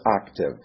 active